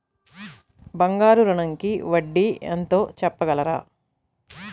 బంగారు ఋణంకి వడ్డీ ఎంతో చెప్పగలరా?